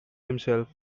himself